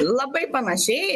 labai panašiai